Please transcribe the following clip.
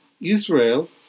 Israel